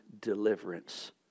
deliverance